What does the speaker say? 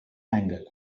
angle